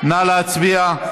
נא להצביע.